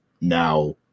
Now